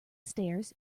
stairs